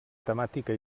temàtica